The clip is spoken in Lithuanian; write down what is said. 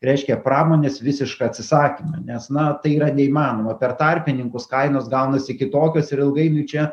reiškia pramonės visišką atsisakymą nes na tai yra neįmanoma per tarpininkus kainos gaunasi kitokios ir ilgainiui čia